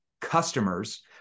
customers